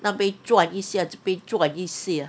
那边转一下这边转一下